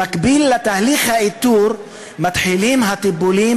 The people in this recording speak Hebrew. במקביל לתהליך האיתור מתחילים הטיפולים